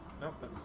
Nope